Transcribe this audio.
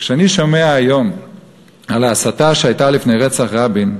כשאני שומע היום על ההסתה שהייתה לפני רצח רבין,